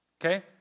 okay